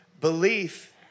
Belief